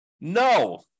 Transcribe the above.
No